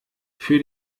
für